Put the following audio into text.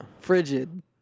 Frigid